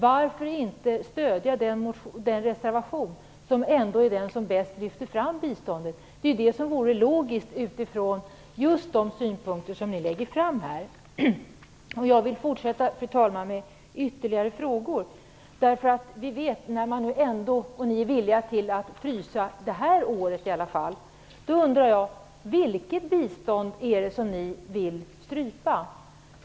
Varför inte stödja den reservation som ändå är den som bäst lyfter fram biståndet? Det vore logiskt utifrån just de synpunkter som ni lägger fram här. Jag vill fortsätta med ytterligare frågor, fru talman. Vi vet att ni är villiga att frysa anslaget det här året i alla fall, och då undrar jag: Vilket bistånd är det som ni vill strypa?